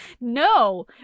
no